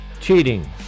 cheating